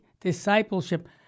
discipleship